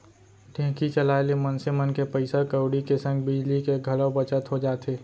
ढेंकी चलाए ले मनसे मन के पइसा कउड़ी के संग बिजली के घलौ बचत हो जाथे